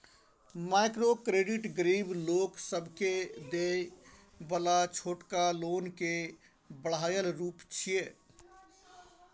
micro credit गरीब लोक सबके देय बला छोटका लोन के बढ़ायल रूप छिये